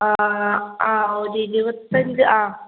ആ ഒരിരുപത്തഞ്ച് ആ